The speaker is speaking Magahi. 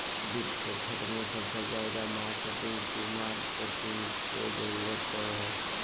वित्त के क्षेत्र मे सबसे ज्यादा मार्किट टू मार्केट के जरूरत पड़ो हय